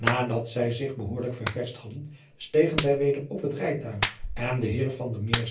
adat zij zich behoorlijk ververscht hadden stegen zij weder op het rijtuig en de eer